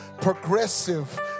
progressive